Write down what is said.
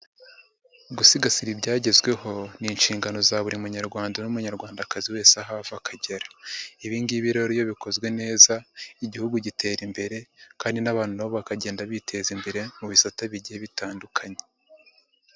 Gusigasira ibyagezweho ni inshingano za buri munyarwanda n'umunyarwandakazi wese aho ava akagera, ibi ngibi rero iyo bikozwe neza igihugu gitera imbere kandi n'abantu nabo bakagenda biteza imbere mu bisate bigiye bitandukanye.